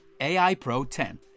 AIPRO10